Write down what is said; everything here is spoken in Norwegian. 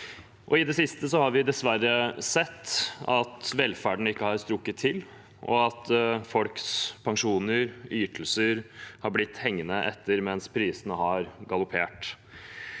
I det siste har vi dessverre sett at velferden ikke har strukket til, og at folks pensjoner og ytelser har blitt hengende etter mens prisene har galoppert.